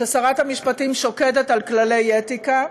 ששרת המשפטים שוקדת על כללי אתיקה.